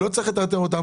לא צריך לטרטר אותם.